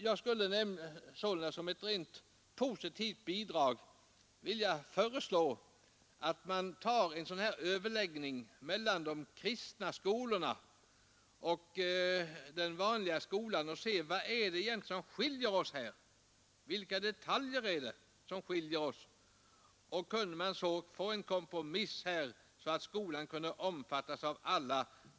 Jag skulle alltså som ett positivt bidrag vilja föreslå att en överläggning mellan de kristna skolorna och den vanliga skolan kommer till stånd och att man ser efter vilka detaljer det egentligen är som skiljer skolorna åt. Kan man sedan åstadkomma en kompromiss, så att skolan kan omfattas av alla.